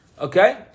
Okay